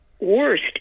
worst